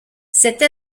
cette